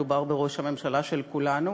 מדובר בראש הממשלה של כולנו.